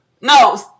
No